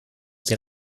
den